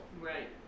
Right